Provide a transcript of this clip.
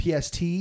PST